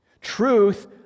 Truth